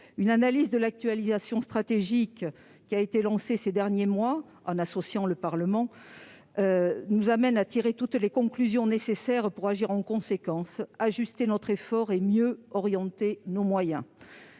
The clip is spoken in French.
Une analyse de l'actualisation stratégique, lancée au cours des derniers mois en association avec le Parlement, nous amène à tirer toutes les conclusions nécessaires pour agir en conséquence, pour ajuster notre effort et pour mieux orienter nos moyens.